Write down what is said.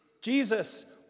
jesus